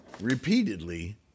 repeatedly